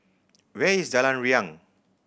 where is Jalan Riang